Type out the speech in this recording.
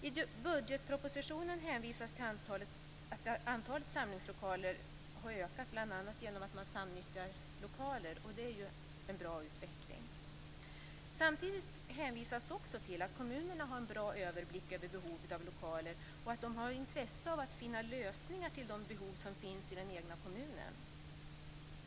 I budgetpropositionen hänvisas till att antalet samlingslokaler har ökat bl.a. genom att man samnyttjar lokler. Det är en bra utveckling. Samtidigt hänvisas också till att kommunerna har en bra överblick över behovet av lokaler och att de har intresse av att finna lösningar till de behov som finns i den egna kommunen.